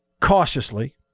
cautiously